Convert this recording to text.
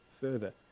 further